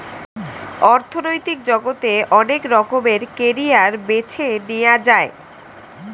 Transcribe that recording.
অর্থনৈতিক জগতে অনেক রকমের ক্যারিয়ার বেছে নেয়া যায়